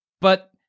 but-